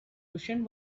cushion